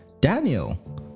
daniel